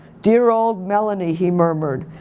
dear old melanie he murmured.